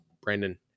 Brandon